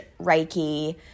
Reiki